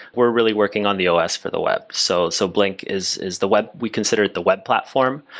we're really working on the os for the web, so so blink is is the web we considered the web platform.